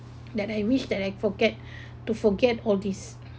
that I wish that I forget to forget all this